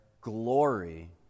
glory